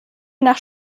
nach